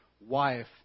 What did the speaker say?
wife